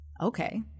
Okay